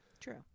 True